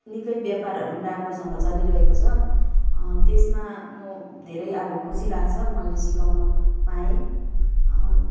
निक्कै व्यापारहरू पनि राम्रोसँग चलिरहेको छ त्यसमा म धेरै अब खुसी लाग्छ मैले सिकाउनु पाएँ